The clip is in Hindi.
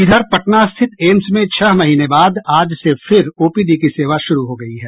इधर पटना स्थित एम्स में छह महीने बाद आज से फिर ओपीडी की सेवा शुरू हो गयी है